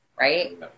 right